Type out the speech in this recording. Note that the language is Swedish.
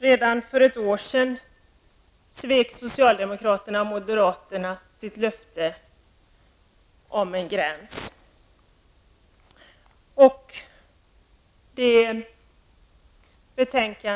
Redan för ett år sedan svek socialdemokraterna och moderaterna sitt löfte om en gräns.